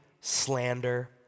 slander